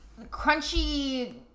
crunchy